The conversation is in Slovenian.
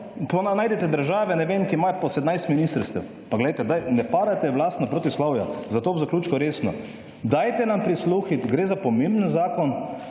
najdite države, ne vem, ki imajo po 17 ministrstev. Pa glejte, daj, ne padajte v lastna protislovja. Zato v zaključku resno. Dajte nam prisluhniti, gre za pomemben zakon,